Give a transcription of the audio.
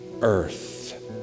earth